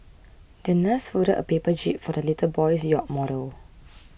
the nurse folded a paper jib for the little boy's yacht model